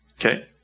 Okay